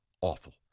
awful